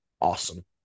awesome